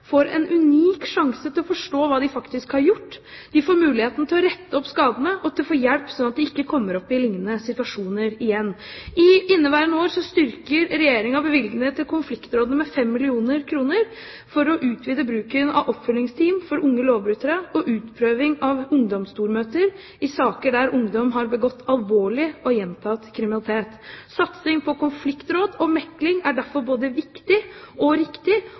får en unik sjanse til å forstå hva de faktisk har gjort. De får muligheten til å rette opp skadene og til å få hjelp slik at de ikke kommer opp i lignende situasjoner igjen. I inneværende år styrker Regjeringen bevilgningene til konfliktrådene med 5 mill. kr for å utvide bruken av oppfølgingsteam for unge lovbrytere og utprøving av ungdomsstormøter i saker der ungdom har begått alvorlig og gjentatt kriminalitet. Satsing på konfliktråd og mekling er derfor både viktig og riktig,